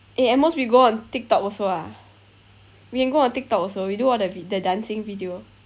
eh at most we go on tiktok also ah we can go on tiktok also we do all the vi~ the dancing video